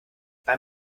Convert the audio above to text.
beim